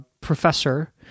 professor